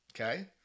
okay